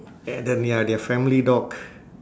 and then ya their family dog